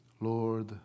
Lord